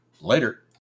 Later